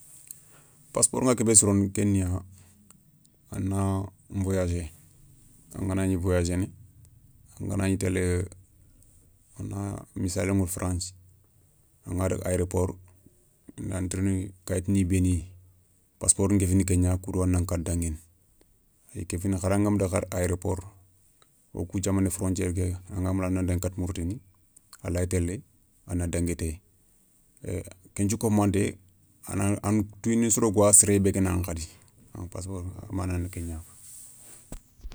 Passporou nga kébé sirono ké niya ana voyazé anganagni voyazéné, anganagni télé na missalé ηutu france, anganadaga aéroport indan tirindi kaytini béni passeport nkéfini kou gna kou do a na katti danguini. kéfini hara ngama daga hara aeroport, wo kou diamané frontiere ké angana mounda a nan dangui katta mourténi a laye télé, a na dangui téye kenthiou kofou manté a na touwindini soro kouwa sere bé geunaηa khadi passeport ké manna ni kégna.